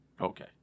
okay